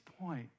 point